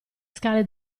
scale